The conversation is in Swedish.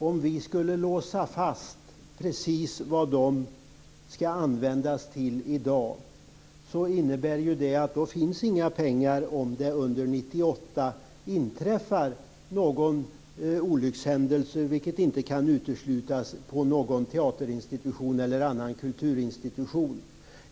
Om vi i dag skulle låsa fast precis vad de skall användas till skulle det innebära att det inte finns några pengar om det under 1998 inträffar någon olyckshändelse, vilket inte kan uteslutas, vid någon teater eller annan kulturinstitution.